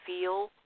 feel